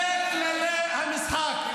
אלה כללי המשחק.